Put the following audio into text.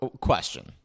Question